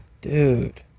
Dude